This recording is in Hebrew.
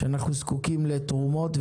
שאנחנו זקוקים לתרומות,